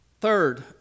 Third